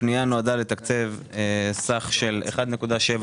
הפנייה נועדה לתקצב סך של 1.7